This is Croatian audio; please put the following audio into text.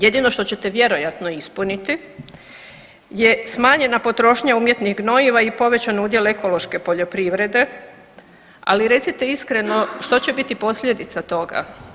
Jedino što ćete vjerojatno ispuniti je smanjena potrošnja umjetnih gnojiva i povećan udjel ekološke poljoprivrede, ali recite iskreno, što će biti posljedica toga?